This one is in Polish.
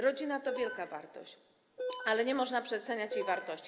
Rodzina to wielka wartość, ale nie można przeceniać jej wartości.